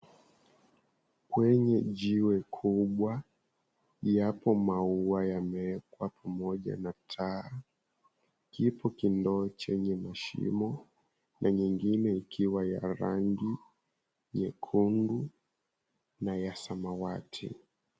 Kwenye jiwe kubwa yapo maua yameekea pamoja na taa, kipo kindoo chenye mashimo na nyingine ikiwa ya rangi nyekundu na ya samawati.